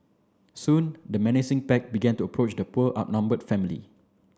soon the menacing pack began to approach the poor outnumbered family